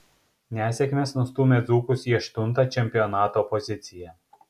nesėkmės nustūmė dzūkus į aštuntą čempionato poziciją